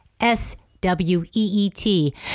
S-W-E-E-T